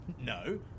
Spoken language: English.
No